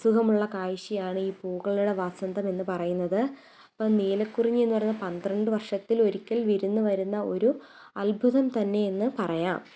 സുഖമുള്ള കാഴ്ച്ചയാണ് ഈ പൂക്കളുടെ വസന്തം എന്ന് പറയുന്നത് അപ്പം നീലക്കുറിഞ്ഞി എന്ന് പറയുന്നത് പന്ത്രണ്ട് വർഷത്തിലൊരിക്കൽ വിരുന്ന് വരുന്ന ഒരു അത്ഭുതം തന്നെയെന്ന് പറയാം